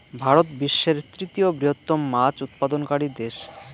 ভারত বিশ্বের তৃতীয় বৃহত্তম মাছ উৎপাদনকারী দেশ